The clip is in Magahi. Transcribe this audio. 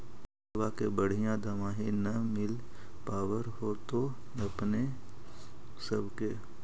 फसलबा के बढ़िया दमाहि न मिल पाबर होतो अपने सब के?